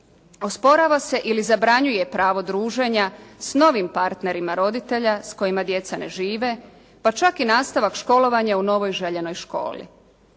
Osporava se ili zabranjuje pravo druženja s novim partnerima roditelja s kojima djeca ne žive pa čak i nastavak školovanja u novoj, željenoj školi.